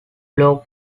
low